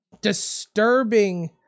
disturbing